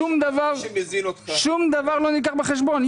שום דבר לא נלקח בחשבון.